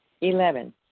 Eleven